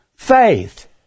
Faith